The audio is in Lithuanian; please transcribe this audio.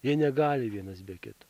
jie negali vienas be kito